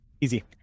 easy